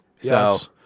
yes